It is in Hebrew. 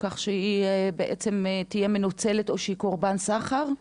כך שהיא בעצם תהיה מנוצלת או שהיא קורבן סחר?